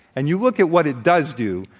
and you look at what it does do,